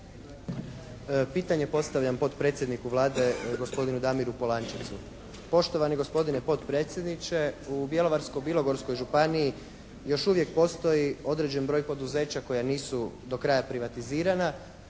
Pitanje postavljam potpredsjedniku Vlade gospodinu Damiru Polančecu. Poštovani gospodine potpredsjedniče, u Bjelovarsko-bilogorskoj županiji još uvijek postoji određen broj poduzeća koja nisu do kraja privatizirana,